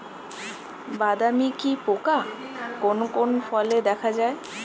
বাদামি কি পোকা কোন কোন ফলে দেখা যায়?